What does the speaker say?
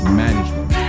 management